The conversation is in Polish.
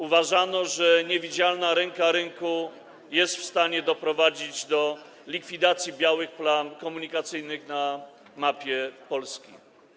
Uważano, że niewidzialna ręka rynku jest w stanie doprowadzić do likwidacji białych plam komunikacyjnych na mapie Polski.